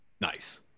Nice